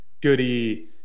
Goody